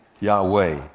Yahweh